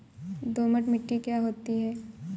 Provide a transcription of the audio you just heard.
दोमट मिट्टी क्या होती हैं?